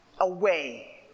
away